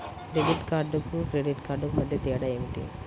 Debit కార్డుకు credit కార్డుకు మధ్య తేడా ఏమిటీ?